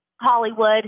Hollywood